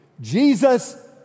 Jesus